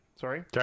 sorry